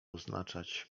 oznaczać